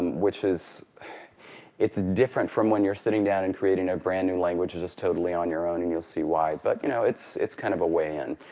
which is different from when you're sitting down and creating a brand new language just totally on your own, and you'll see why, but you know it's it's kind of a way in.